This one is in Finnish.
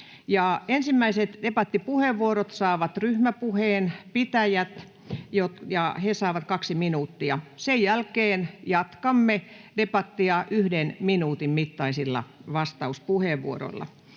Ensimmäiset debattipuheenvuorot saavat ryhmäpuheen pitäjät, he saavat kaksi minuuttia. Sen jälkeen jatkamme debattia yhden minuutin mittaisilla vastauspuheenvuoroilla.